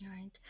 right